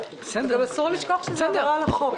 אסור לשכוח שזה עברה על החוק.